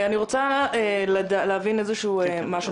אני רוצה להבין איזשהו משהו.